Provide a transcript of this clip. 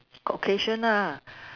occasion lah